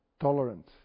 tolerant